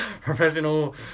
professional